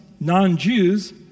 non-Jews